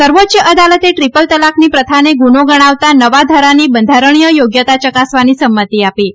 સર્વોચ્ચ અદાલતે ટ્રિપલ તલાકની પ્રથાને ગુનો ગણાવતાં નવા ધારાની બંધારણીય યોગ્યતા ચકાસવાની સંમતિ આપી છે